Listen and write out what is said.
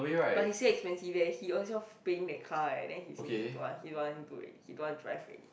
but he said expensive eh he ownself paying that car eh then he say he don't want he don't want to wait he don't want to drive already